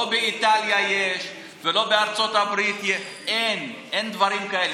לא באיטליה ולא בארצות הברית אין, אין דברים כאלה.